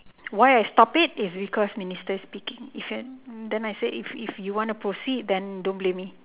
why I stop it is because minister speaking with him then I say if if you want to proceed then don't blame me